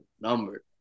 number